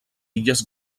illes